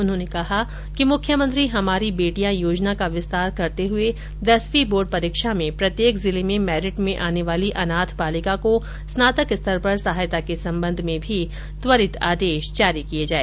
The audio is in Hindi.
उन्होंने कहा कि मुख्यमंत्री हमारी बेटियां योजना का विस्तार करते हुए दसवीं बोर्ड परीक्षा में प्रत्येक जिले में मेरिट में आने वाली अनाथ बालिका को स्नातक स्तर पर सहायता के सम्बंध में भी त्वरित आदेश जारी किये जाए